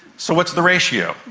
so what is the ratio?